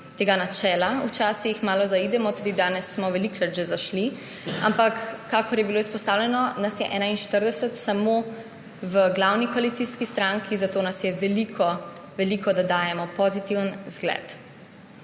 tega načela. Včasih malo zaidemo, tudi danes smo že velikokrat zašli, ampak kakor je bilo izpostavljeno, nas je 41 samo v glavni koalicijski stranki, zato nas je veliko, da dajemo pozitiven vzgled.